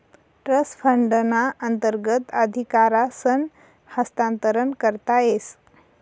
trust फंडना अंतर्गत अधिकारसनं हस्तांतरण करता येस